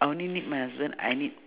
I only need my husband I need